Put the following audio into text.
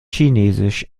chinesisch